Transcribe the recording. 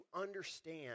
understand